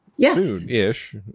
soon-ish